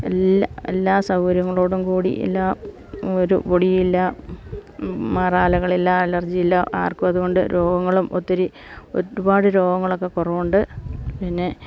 എല്ലാ എല്ലാ സൗകര്യങ്ങളോടും കൂടി എല്ലാ ഒരു പൊടിയില്ല മറാലകളില്ല അലർജിയില്ല ആർക്കു അതുകൊണ്ട് രോഗങ്ങളും ഒത്തിരി ഒരുപാട് രോഗങ്ങളൊക്കെ കുറവുണ്ട് പിന്നെ